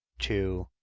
to